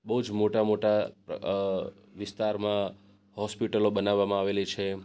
બહુ જ મોટા મોટા વિસ્તારમાં હોસ્પિટલો બનાવવામાં આવેલી છે